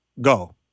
Go